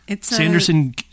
Sanderson